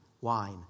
wine